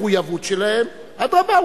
המחויבות שלהם, אדרבה.